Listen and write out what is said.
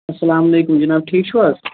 السلام علیکُم جناب ٹھیٖک چھُو حظ